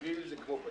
אדוויל זה כמו פטיש.